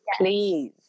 please